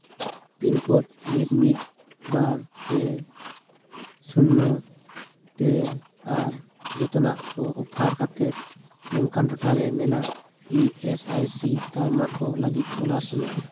pincode ᱢᱤᱫ ᱢᱤᱫ ᱵᱟᱨ ᱯᱮ ᱥᱩᱱᱱᱚ ᱯᱮ ᱟᱨ ᱡᱚᱛᱚᱱᱟᱜ ᱠᱚ ᱚᱯᱷᱟᱨ ᱠᱟᱛᱮ ᱱᱚᱝᱠᱟᱱ ᱴᱚᱴᱷᱟᱨᱮ ᱢᱮᱱᱟᱜ ᱤ ᱮ ᱥ ᱟᱭ ᱥᱤ ᱛᱟᱞᱢᱟ ᱠᱚ ᱞᱟᱹᱜᱤᱫ ᱛᱚᱞᱟᱥ ᱢᱮ